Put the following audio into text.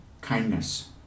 kindness